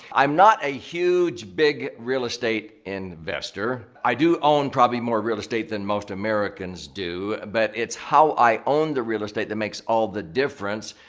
i'm not a huge big real estate investor. i do own probably more real estate than most americans do. but it's how i own the real estate that makes all the difference.